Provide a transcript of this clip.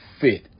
fit